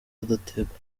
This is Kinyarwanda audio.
adategwa